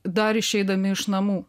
dar išeidami iš namų